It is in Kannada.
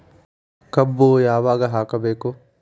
ಕಬ್ಬು ಯಾವಾಗ ಹಾಕಬೇಕು?